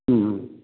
ம் ம்